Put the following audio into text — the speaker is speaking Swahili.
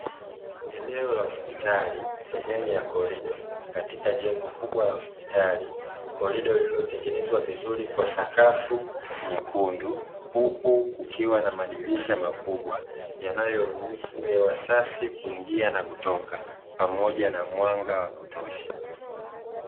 Eneo la hospitali sehemu ya korido katika jengo kubwa la hospitali, korido lililotengenezwa vizuri kwa sakafu nyekundu huku kukiwa na madirisha makubwa yanayoruhusu hewa safi kuingia na kutoka pamoja na mwanga wa kutosha.